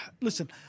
Listen